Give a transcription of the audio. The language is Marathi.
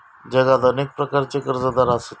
जगात अनेक प्रकारचे कर्जदार आसत